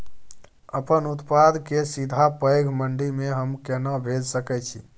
अपन उत्पाद के सीधा पैघ मंडी में हम केना भेज सकै छी?